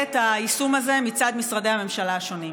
את היישום הזה מצד משרדי הממשלה השונים.